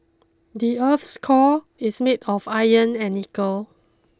the earth's core is made of iron and nickel